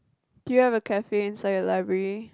do you have a cafe inside your library